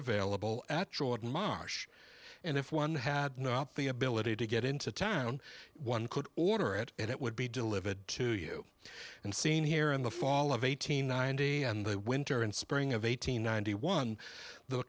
available at jordan marsh and if one had not the ability to get into town one could order it and it would be delivered to you and seen here in the fall of eight hundred ninety and the winter and spring of eight hundred ninety one the